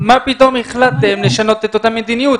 מה פתאום החלטתם לשנות את המדיניות?